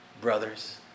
Brothers